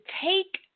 take